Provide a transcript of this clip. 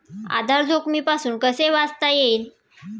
आधार जोखमीपासून कसे वाचता येईल?